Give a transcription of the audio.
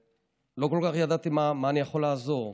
לא כל כך ידעתי במה אני יכול לעזור.